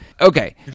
Okay